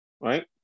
Right